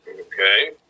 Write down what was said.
Okay